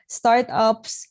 startups